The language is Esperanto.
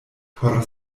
por